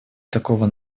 такого